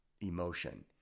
emotion